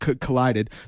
collided